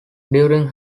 during